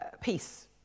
peace